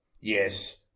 Yes